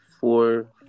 four